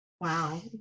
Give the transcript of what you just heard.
Wow